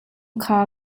kha